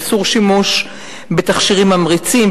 איסור שימוש בתכשירים ממריצים,